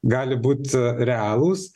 gali būt realūs